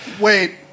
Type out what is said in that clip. Wait